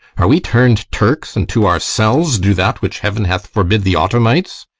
are we turn'd turks, and to ourselves do that which heaven hath forbid the ottomites?